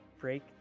break